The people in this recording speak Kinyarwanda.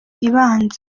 ibanza